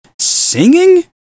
singing